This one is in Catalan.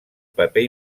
paper